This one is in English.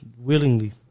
Willingly